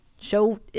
show